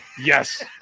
Yes